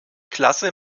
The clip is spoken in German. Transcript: klasse